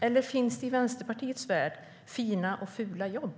Eller finns det i Vänsterpartiets värld fina och fula jobb?